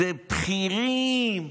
אלה בכירים.